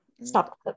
stop